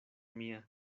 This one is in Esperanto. mia